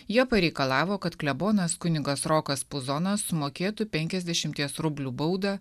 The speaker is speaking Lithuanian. jie pareikalavo kad klebonas kunigas rokas puzonas sumokėtų penkiasdešimties rublių baudą